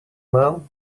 man